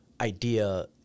idea